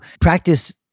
practice